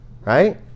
right